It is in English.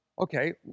okay